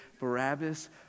Barabbas